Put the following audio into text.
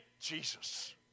Jesus